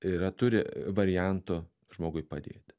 yra turi variantų žmogui padėti